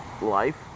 life